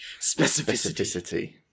Specificity